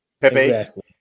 Pepe